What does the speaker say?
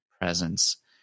presence